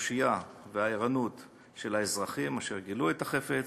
התושייה והערנות של האזרחים אשר גילו את החפץ,